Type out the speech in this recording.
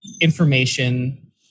information